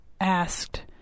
asked